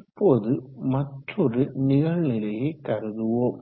இப்போது மற்றொரு நிகழ்நிலையை கருதுவோம்